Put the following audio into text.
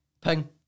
Ping